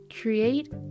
create